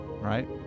right